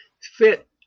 fit